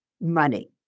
money